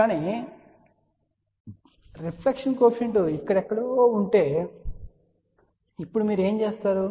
కానీ reflection coefficient ఇక్కడ ఎక్కడో ఉంటే ఇప్పుడు మీరు ఏమి చేస్తారు